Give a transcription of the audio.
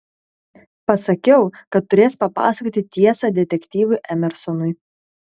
pasakiau kad turės papasakoti tiesą detektyvui emersonui